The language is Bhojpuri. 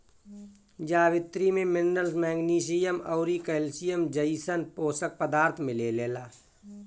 जावित्री में मिनरल्स, मैग्नीशियम अउरी कैल्शियम जइसन पोषक पदार्थ मिलेला